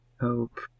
Hope